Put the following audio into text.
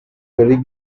very